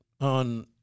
on